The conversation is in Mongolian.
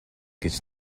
гэж